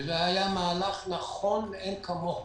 זה היה מהלך נכון מאין כמוהו.